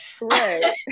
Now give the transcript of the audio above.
Right